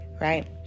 right